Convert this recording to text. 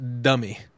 Dummy